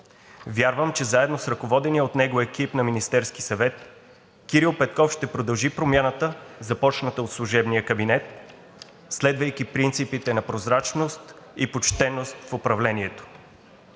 Вярвам, че заедно с ръководения от него екип на Министерския съвет Кирил Петков ще продължи промяната, започната от служебния кабинет, следвайки принципите на прозрачност и почтеност в управлението.